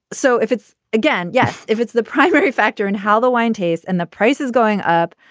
so if it's again. yes. if it's the primary factor in how the wine tastes and the prices going up,